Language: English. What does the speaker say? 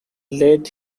let